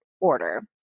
order